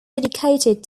dedicated